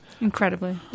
incredibly